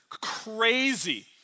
crazy